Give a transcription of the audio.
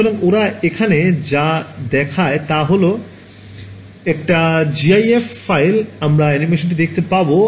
সুতরাং ওঁরা এখানে যা দেখায় তা হল একটি জিআইএফ ফাইলে আমরা অ্যানিমেশনটি দেখতে পাব